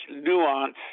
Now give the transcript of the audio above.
nuance